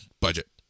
budget